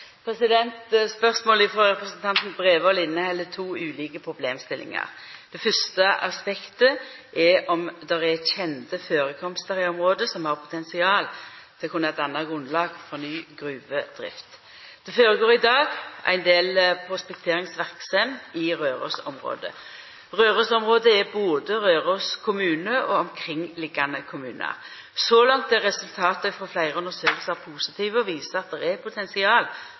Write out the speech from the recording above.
Spørsmålet frå representanten Bredvold inneheld to ulike problemstillingar. Det fyrste aspektet er om det er kjende førekomstar i området som har potensial til å kunna danna grunnlag for ny gruvedrift. Det føregår i dag ein del prospekteringsverksemd i Røros-området. Røros-området er både Røros kommune og omkringliggande kommunar. Så langt er resultata frå fleire undersøkingar positive og viser at det er potensial